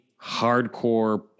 hardcore